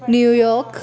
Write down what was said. New York